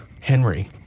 Henry